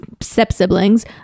step-siblings